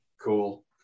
Cool